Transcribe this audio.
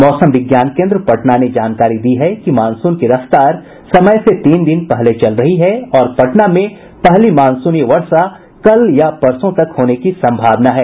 मौसम विज्ञान केंद्र पटना ने जानकारी दी है कि मानसून की रफ्तार समय से तीन दिन पहले चल रही है और पटना में पहली मानसूनी वर्षा कल या परसों तक होने की संभावना है